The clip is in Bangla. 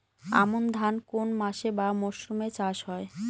আমন ধান কোন মাসে বা মরশুমে চাষ হয়?